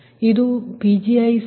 ಆದ್ದರಿಂದ ಇದು Pg1133